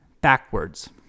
backwards